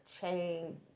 chain